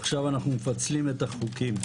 עכשיו אנחנו מפצלים את החוקים.